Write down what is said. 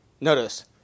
Notice